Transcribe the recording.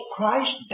Christ